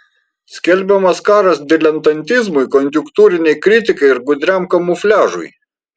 skelbiamas karas diletantizmui konjunktūrinei kritikai ar gudriam kamufliažui